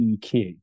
eq